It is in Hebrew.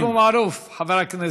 עבדאללה אבו מערוף, חבר הכנסת,